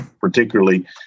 particularly